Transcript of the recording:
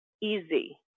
easy